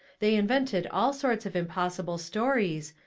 they invented all sorts of impossible stories,